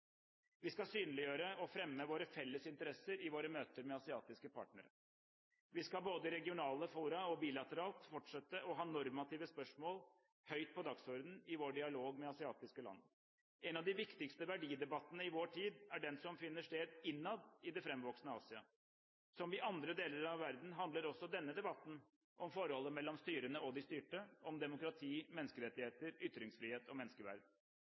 Vi skal synliggjøre og fremme våre felles interesser i våre møter med asiatiske partnere. Vi skal både i regionale fora og bilateralt fortsette å ha normative spørsmål høyt på dagsordenen i vår dialog med asiatiske land. En av de viktigste verdidebattene i vår tid er den som finner sted innad i det framvoksende Asia. Som i andre deler av verden handler også denne debatten om forholdet mellom styrende og de styrte, om demokrati, menneskerettigheter, ytringsfrihet og menneskeverd.